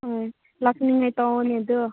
ꯍꯣꯏ ꯂꯥꯛꯀꯅꯤꯅ ꯇꯧꯕꯅꯦ ꯑꯗꯨ